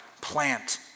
plant